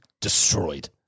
Destroyed